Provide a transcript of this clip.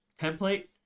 template